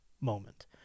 moment